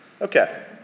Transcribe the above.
Okay